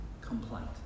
complaint